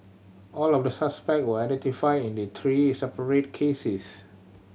all of the suspect were identified in the three separate cases